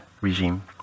regime